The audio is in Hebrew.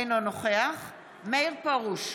אינו נוכח מאיר פרוש,